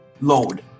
load